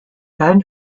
ben